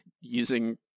using